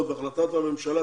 יש לא מעט בעיות שנמצאות